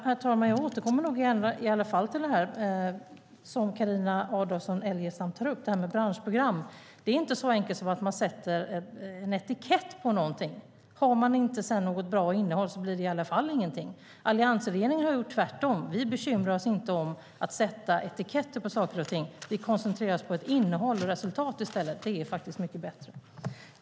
Herr talman! Jag återkommer i alla fall till detta med branschprogram, som Carina Adolfsson Elgestam tar upp. Det är inte så enkelt som att man sätter en etikett på något. Har man inte något bra innehåll blir det i alla fall ingenting. Alliansregeringen har gjort tvärtom. Vi bekymrar oss inte om att sätta etiketter på saker och ting. Vi koncentrerar oss på innehåll och resultat i stället. Det är faktiskt mycket bättre.